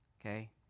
okay